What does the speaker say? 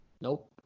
Nope